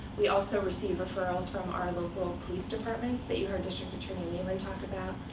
we also receive referrals from our local police departments that you heard district attorney whelan talk about.